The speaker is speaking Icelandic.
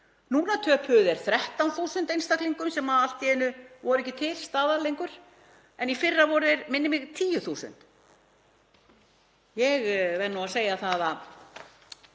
Núna töpuðu þeir 13.000 einstaklingum sem allt í einu voru ekki til staðar lengur en í fyrra voru þeir minnir mig 10.000. Ég verð að segja að